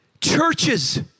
churches